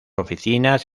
oficinas